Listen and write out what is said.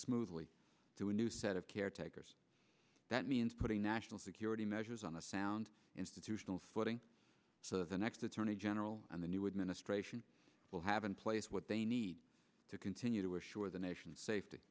smoothly to a new set of caretakers that means putting national security measures on a sound institutional footing so the next attorney general and the new administration will have in place what they need to continue to assure the nation safety